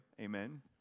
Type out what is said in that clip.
amen